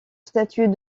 statut